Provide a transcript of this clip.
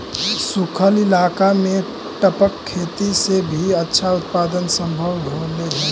सूखल इलाका में टपक खेती से भी अच्छा उत्पादन सम्भव होले हइ